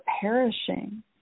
perishing